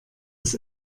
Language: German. das